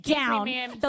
down